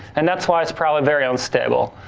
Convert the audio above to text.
and that's why it's probably very unstable.